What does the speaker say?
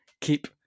keep